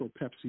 Pepsi